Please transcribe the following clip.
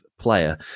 player